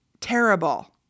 terrible